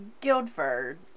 Guildford